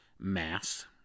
mass